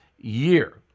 year